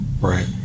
Right